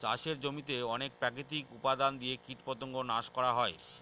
চাষের জমিতে অনেক প্রাকৃতিক উপাদান দিয়ে কীটপতঙ্গ নাশ করা হয়